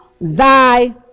thy